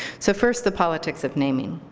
so first the politics of naming.